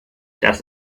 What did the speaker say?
das